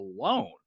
alone